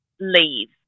leave